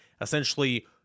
essentially